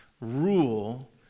rule